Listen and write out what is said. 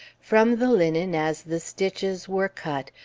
from the linen, as the stitches were cut,